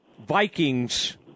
Vikings